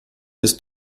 bis